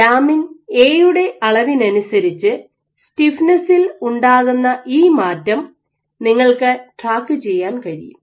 lamin A യുടെ അളവിനനുസരിച്ച് സ്റ്റിഫ്നെസ്സിൽ ഉണ്ടാകുന്ന ഈ മാറ്റം നിങ്ങൾക്ക് ട്രാക്ക് ചെയ്യാൻ കഴിയും